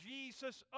Jesus